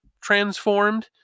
transformed